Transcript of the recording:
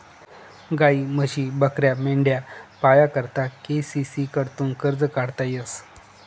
गायी, म्हशी, बकऱ्या, मेंढ्या पाया करता के.सी.सी कडथून कर्ज काढता येस